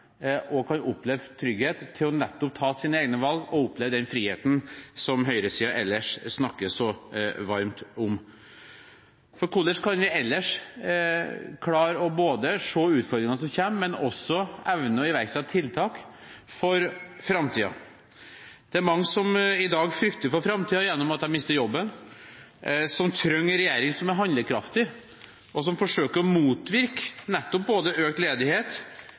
og kan oppleve trygghet til nettopp å ta sine egne valg – og oppleve den friheten som høyresiden ellers snakker så varmt om. Hvordan kan vi ellers klare både å se utfordringene som kommer, og evne å iverksette tiltak for framtiden? Det er mange som i dag frykter for framtiden fordi de mister jobben. De trenger en regjering som er handlekraftig, og som forsøker å motvirke både økt ledighet